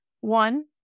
one